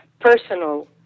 personal